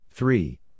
Three